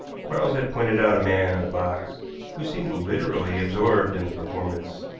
quarles had pointed out a man in a box who seemed literally absorbed in the performance,